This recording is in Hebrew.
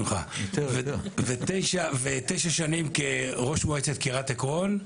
תשע שנים כראש מועצת קריית עקרון,